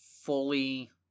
fully